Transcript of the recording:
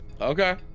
okay